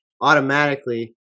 automatically